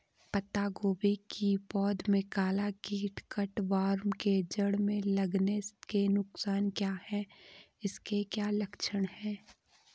पत्ता गोभी की पौध में काला कीट कट वार्म के जड़ में लगने के नुकसान क्या हैं इसके क्या लक्षण हैं?